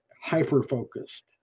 hyper-focused